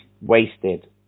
wasted